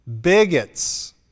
Bigots